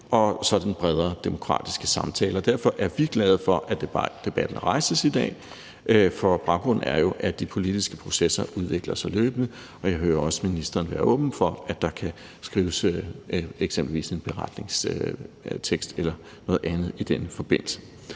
til den bredere demokratiske samtale. Derfor er vi glade for, at debatten rejses i dag, for baggrunden er jo, at de politiske processer udvikler sig løbende, og jeg hører også ministeren være åben over for, at der kan skrives eksempelvis en beretningstekst eller noget andet i den forbindelse.